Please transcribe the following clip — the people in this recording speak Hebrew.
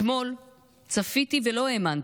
אתמול צפיתי ולא האמנתי.